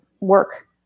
work